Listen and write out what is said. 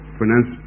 finance